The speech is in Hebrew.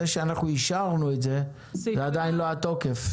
זה שאנחנו אישרנו את זה, זה עדיין לא התוקף.